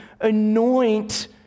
anoint